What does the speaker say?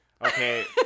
Okay